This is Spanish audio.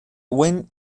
buen